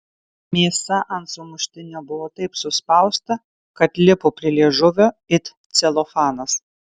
mėsa ant sumuštinio buvo taip suspausta kad lipo prie liežuvio it celofanas